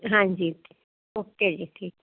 ਹਾਂਜੀ ਓਕੇ ਜੀ ਠੀਕ